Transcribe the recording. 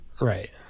Right